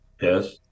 Yes